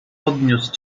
podniósł